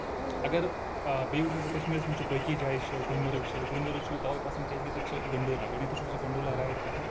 اَگر بیٚیہِ وٕچھکھ ژٕ کَشمیٖرَس منٛز چھِ باقٕے جایہِ چھِ گُلمَرٕگ چھُ گُلمَرٕگ چھُ مےٚ تَوے پسنٛد کیازِ کہِ تَتہِ چھُ گنڈولا گۄڈٕنیتھٕے چھُ سُہ گنڈولا رایڈ کران